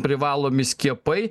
privalomi skiepai